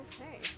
Okay